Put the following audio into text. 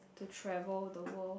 to travel the world